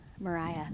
Mariah